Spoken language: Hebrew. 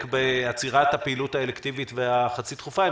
בעצירת הפעילות האלקטיבית והחצי דחופה.